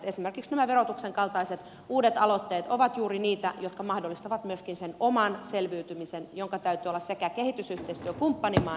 esimerkiksi nämä verotuksen kaltaiset uudet aloitteet ovat juuri niitä jotka mahdollistavat myöskin sen oman selviytymisen jonka täytyy olla sekä kehitysyhteistyökumppanimaan että meidän tavoite